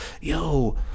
yo